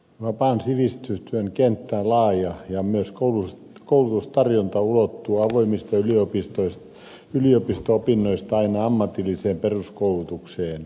vapaan sivistystyön kenttä on laaja ja myös koulutustarjonta ulottuu avoimista yliopisto opinnoista aina ammatilliseen peruskoulutukseen